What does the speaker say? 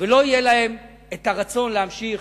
ולא יהיה להם הרצון להמשיך